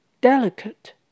delicate